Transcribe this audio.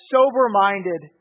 Sober-minded